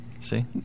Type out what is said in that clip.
See